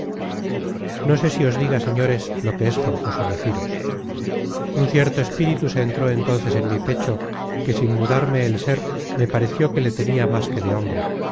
no sé si os diga señores lo que es forzoso deciros un cierto espíritu se entró entonces en mi pecho que sin mudarme el sér me pareció que le tenia más que de hombre